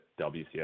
WCS